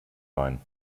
wein